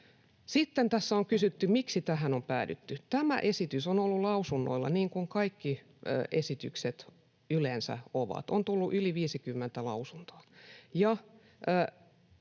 miksi tähän on päädytty. Tämä esitys on ollut lausunnoilla, niin kuin kaikki esitykset yleensä ovat, ja on tullut yli 50 lausuntoa,